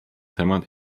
temat